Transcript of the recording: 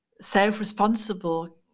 self-responsible